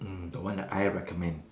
mm the one that I recommend